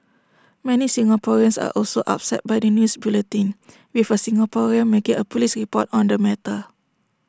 many Singaporeans are also upset by the news bulletin with A Singaporean making A Police report on the matter